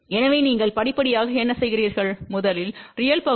எனவே நீங்கள் படிப்படியாக என்ன செய்கிறீர்கள் முதலில் ரியல் பகுதியை 0